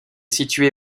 située